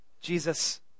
Jesus